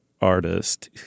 artist